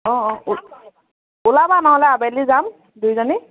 অঁ অঁ ওলাবা নহ'লে আবেলি যাম দুইজনী